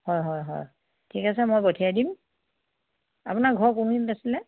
হয় হয় হয় ঠিক আছে মই পঠিয়াই দিম আপোনাৰ ঘৰ কোনখিনিত আছিলে